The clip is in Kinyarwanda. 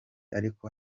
ariko